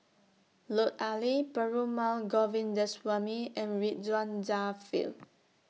Lut Ali Perumal Govindaswamy and Ridzwan Dzafir